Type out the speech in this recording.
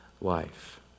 life